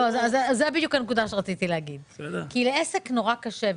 זו בדיוק הנקודה שרציתי להגיד כי לעסק נורא קשה,